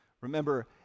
remember